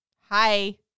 Hi